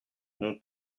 mon